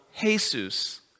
Jesus